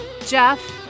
Jeff